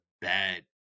bad